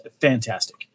fantastic